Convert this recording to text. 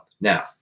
Now